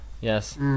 Yes